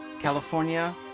California